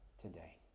today